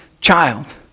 child